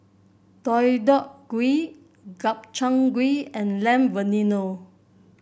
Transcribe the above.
Deodeok Gui Gobchang Gui and Lamb Vindaloo